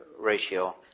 ratio